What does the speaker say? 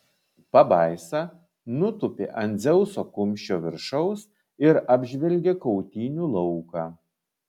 pabaisa nutūpė ant dzeuso kumščio viršaus ir apžvelgė kautynių lauką